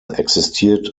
existiert